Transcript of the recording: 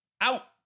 out